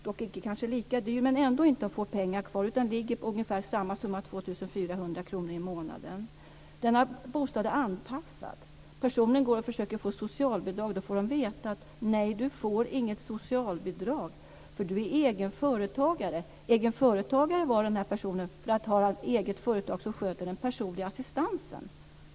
Den är kanske inte lika dyr, men han får ändå inte mycket pengar kvar utan ligger på ungefär samma summa - 2 400 kr i månaden. Denna bostad är anpassad. Personen går och försöker få socialbidrag. Då får han vet att han inte får något socialbidrag därför att han är egen företagare. Egen företagare var denna person därför att han hade ett eget företag som skötte den personliga assistansen.